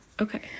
okay